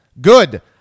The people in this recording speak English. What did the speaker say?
good